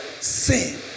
sin